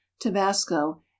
tabasco